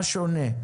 מה שונה?